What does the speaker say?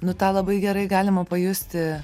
nu tą labai gerai galima pajusti